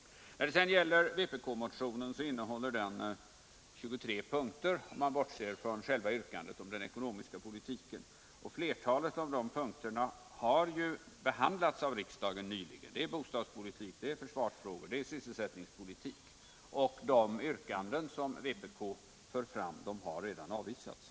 Vpk-motionen innehåller 23 olika punkter, om man bortser från själva yrkandet om den ekonomiska politiken. Flertalet av punkterna — det är bostadspolitik, det är försvarsfrågor och det är sysselsättningspolitik — har nyligen behandlats av riksdagen och att vi inte tillvaratar deras intressen och de yrkanden som vpk för fram har därvid redan avvisats.